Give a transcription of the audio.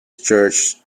church